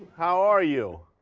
how are you?